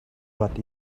what